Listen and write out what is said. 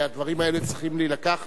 והדברים האלה צריכים להילקח